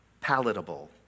palatable